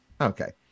Okay